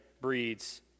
breeds